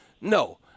no